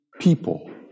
people